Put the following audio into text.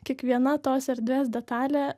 kiekviena tos erdvės detalė